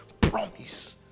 promise